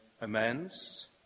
amends